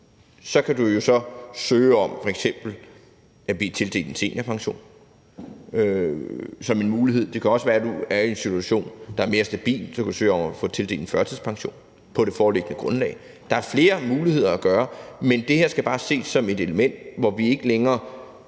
kan du jo så søge om f.eks. at blive tildelt en seniorpension som en mulighed. Det kan også være, du er i en situation, der er mere stabil, og så kan du søge om at få tildelt en førtidspension på et foreliggende grundlag. Der er flere muligheder at benytte sig af. Det her skal bare ses som et element, hvor vi ikke længere